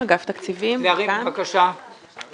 אני מבקש ב-10:30 להביא את הרביזיה.